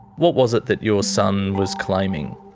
what was it that your son was claiming?